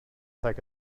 take